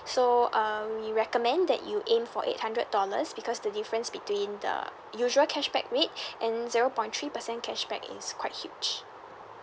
so uh we recommend that you aim for eight hundred dollars because the difference between the usual cashback rate and zero point three percent cashback is quite huge